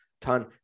ton